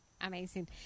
Amazing